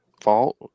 fault